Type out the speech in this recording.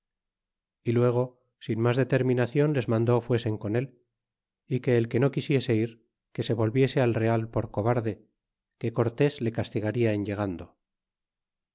y luego sin mas determinacion les mandó fuesen con él é que el que no quisiese ir que se volviese al real por cobarde que cortés le castigarla en llegando